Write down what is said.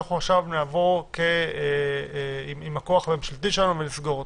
ואנחנו עכשיו נבוא עם הכוח הממשלתי שלנו ונסגור אותו.